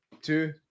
two